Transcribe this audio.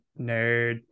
nerd